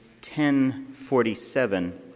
1047